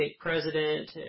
president